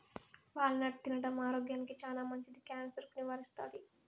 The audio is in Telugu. వాల్ నట్ తినడం ఆరోగ్యానికి చానా మంచిది, క్యాన్సర్ ను నివారిస్తాది